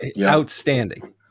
Outstanding